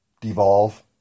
devolve